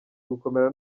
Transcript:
gukomera